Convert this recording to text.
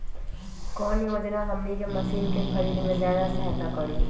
कौन योजना हमनी के मशीन के खरीद में ज्यादा सहायता करी?